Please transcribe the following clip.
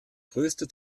größte